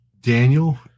Daniel